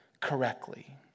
correctly